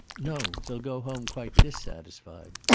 no they'll go home quite dissatisfied.